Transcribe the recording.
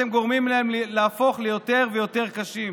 אתם גורמים להם להפוך ליותר ויותר קשים.